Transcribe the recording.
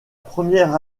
première